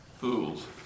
Fools